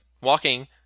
walking